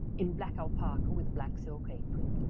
in black alpaca with a black silk apron,